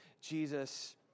Jesus